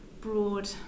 broad